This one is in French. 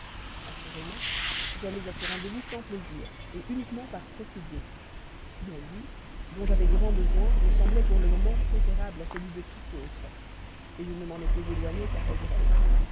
assurément j'allais à ce rendez-vous sans plaisir uniquement par procédé mon lit dont j'avais grand besoin me semblait pour le moment préférable à celui de tout autre je ne m'en étais éloigné qu'à regret